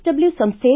W ಸಂಸ್ಥೆ